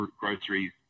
groceries